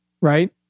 right